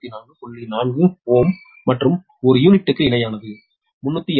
4 Ω மற்றும் ஒரு யூனிட்டுக்கு இணையானது 384